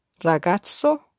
Ragazzo